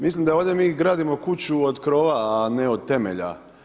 Mislim da ovdje mi gradimo kuću od krova, a ne od temelja.